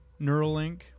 neuralink